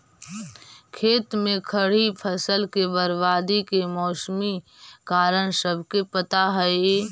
खेत में खड़ी फसल के बर्बादी के मौसमी कारण सबके पता हइ